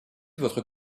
votre